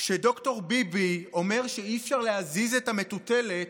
כשד"ר ביבי אומר שאי-אפשר להזיז את המטוטלת,